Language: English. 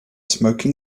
smoking